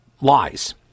Lies